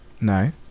No